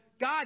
God